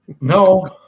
No